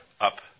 up